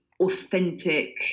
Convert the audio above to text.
authentic